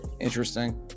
Interesting